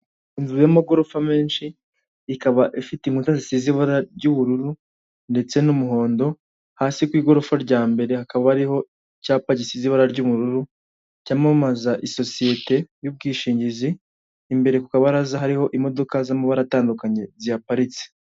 Inzu y'amagorofa menshi, ikaba ifite inkuka zisize ibara ry'ubururu ndetse n'umuhondo, hasi ku igorofa rya mbere hakaba hariho icyapa gisize ibara ry'ubururu, cyamamaza isosiyete y'ubwishingizi, imbere ku kabaraza hariho imodoka z'amabara atandukanye zihaparitse.